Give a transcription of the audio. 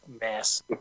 mess